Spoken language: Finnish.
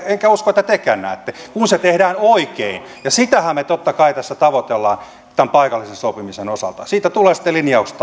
enkä usko että tekään näette kun kun se tehdään oikein ja sitähän me totta kai tässä tavoittelemme tämän paikallisen sopimisen osalta siitä tulevat sitten linjaukset